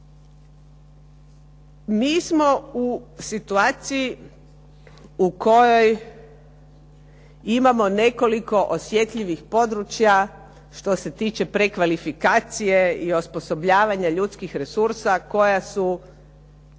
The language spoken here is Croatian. Mi smo u situaciju u kojoj imamo nekoliko osjetljivih područja što se tiče prekvalifikacije i osposobljavanja ljudskih resursa koja su